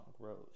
grows